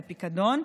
הפיקדון.